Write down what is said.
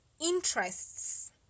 interests